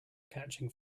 catching